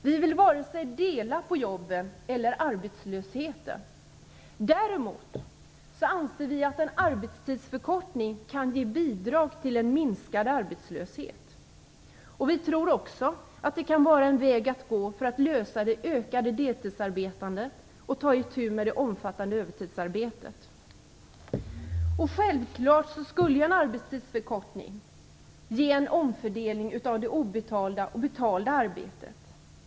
Vi vill varken dela på jobben eller arbetslösheten. Däremot anser vi att en arbetstidsförkortning kan ge bidrag till en minskad arbetslöshet. Vi tror också att det kan vara en väg att gå för att lösa problemet med det ökade deltidsarbetandet och ta itu med det omfattande övertidsarbetet. Självfallet skulle en arbetstidsförkortning ge en omfördelning av det obetalda och det betalda arbetet.